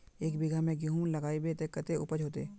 एक बिगहा में गेहूम लगाइबे ते कते उपज होते?